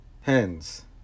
Hence